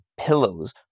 pillows